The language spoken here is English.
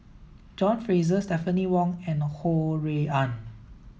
John Fraser Stephanie Wong and Ho Rui An